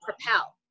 propel